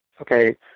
okay